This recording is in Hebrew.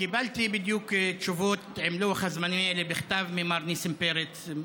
קיבלתי בדיוק תשובות עם לוח הזמנים בכתב ממר נסים פרץ,